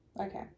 Okay